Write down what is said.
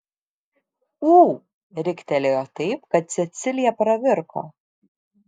ū riktelėjo taip kad cecilija pravirko